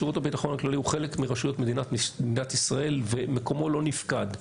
שירות הביטחון הכללי הוא חלק מרשויות מדינת ישראל ומקומו לא נפקד.